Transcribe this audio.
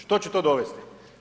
Što će to dovesti?